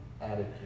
attitude